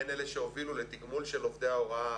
הן אלה שהובילו לתגמול של עובדי ההוראה